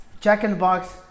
jack-in-the-box